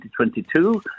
2022